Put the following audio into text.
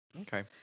Okay